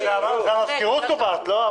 אבל את זה המזכירות קובעת, לא?